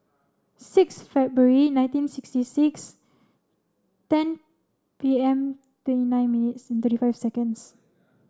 six February nineteen sixty six ten P M twenty nine minutes thirty five seconds